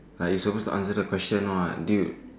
ah you're supposed to answer the question what dude